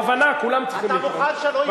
אנחנו בהבנה, כולם צריכים לתרום.